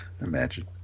Imagine